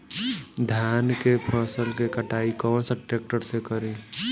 धान के फसल के कटाई कौन सा ट्रैक्टर से करी?